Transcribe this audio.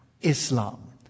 Islam